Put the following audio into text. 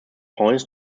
points